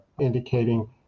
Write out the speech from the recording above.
indicating